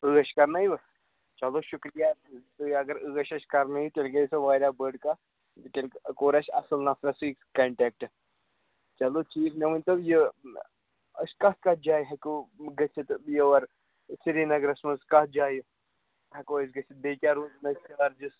عٲش کرنٲووٕ چلو شُکریہِ تُہۍ اَگر عٲش اَسہِ کرنٲوِو تیٚلہِ گٔے سۄ واریاہ بٔڈ کَتھ تیٚلہِ کوٚر اَسہِ اَصٕل نَفرسٕے کنٹیکٹہٕ چلو ٹھیٖک مےٚ ؤنۍتَو یہِ أسۍ کَتھ کَتھ جایہِ ہٮ۪کو گَژھِتھ یور سِری نگرس منٛز کَتھ جایہِ ہٮ۪کو أسۍ گَژھِتھ بیٚیہِ کیٛاہ روزِ مےٚ چارٕجِس